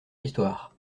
histoire